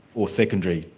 or secondary.